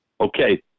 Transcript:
Okay